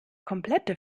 komplette